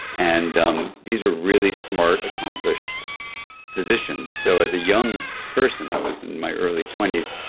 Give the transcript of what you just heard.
and um these are really smart accomplished physicians. so as a young person, i was in my early twenty s,